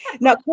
Now